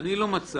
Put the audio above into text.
אני לא מצאתי.